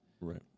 Right